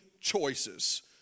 choices